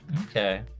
okay